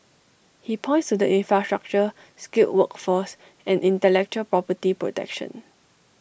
he points to the infrastructure skilled workforce and intellectual property protection